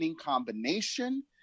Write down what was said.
combination